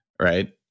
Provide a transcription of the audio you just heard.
Right